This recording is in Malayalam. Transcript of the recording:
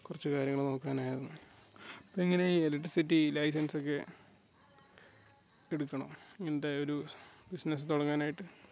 കുറച്ച് കാര്യങ്ങൾ നോക്കാനായിരുന്നു അപ്പം എങ്ങനെ ഈ എലട്ട്സിറ്റി ലൈസൻസൊക്കെ എടുക്കണമോ ഇങ്ങനത്തെ ഒരു ബിസിനസ്സ് തുടങ്ങാനായിട്ട്